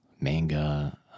manga